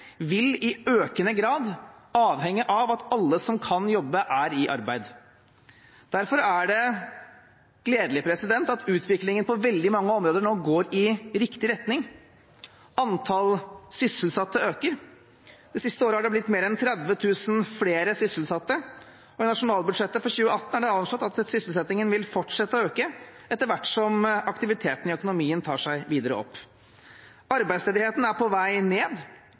vil i økende grad avhenge av at alle som kan jobbe, er i arbeid. Derfor er det gledelig at utviklingen på veldig mange områder nå går i riktig retning. Antall sysselsatte øker – det siste året har det blitt mer enn 30 000 flere sysselsatte, og i nasjonalbudsjettet for 2018 er det anslått at sysselsettingen vil fortsette å øke etter hvert som aktiviteten i økonomien tar seg videre opp. Arbeidsledigheten er på vei ned.